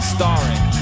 Starring